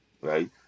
Right